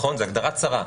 זה הגדרה צרה,